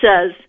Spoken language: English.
says